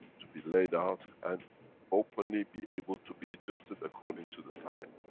to be laid out, and openly be able to be adjusted according to the time.